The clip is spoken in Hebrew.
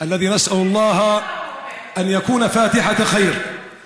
בתחילה ברצוננו לברך את האומה המוסלמית כולה